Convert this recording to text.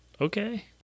Okay